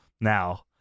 Now